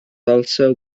also